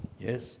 Yes